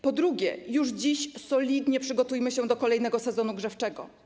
Po drugie, już dziś solidnie przygotujmy się do kolejnego sezonu grzewczego.